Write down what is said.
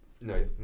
no